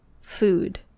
food